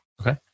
Okay